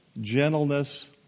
gentleness